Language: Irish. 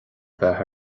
bheith